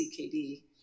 CKD